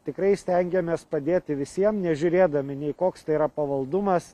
tikrai stengiamės padėti visiem nežiūrėdami nei koks tai yra pavaldumas